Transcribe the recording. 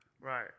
Right